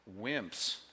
wimps